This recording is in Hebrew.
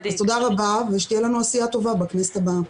תודה רבה ושתהיה לנו עשייה טובה בכנסת הבאה.